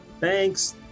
Thanks